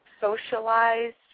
socialized